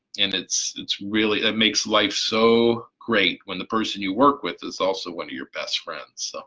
and it's it's really that makes life so great when the person you work with is also one of your best friends.